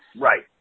Right